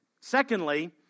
Secondly